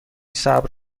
صبر